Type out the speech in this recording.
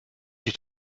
sich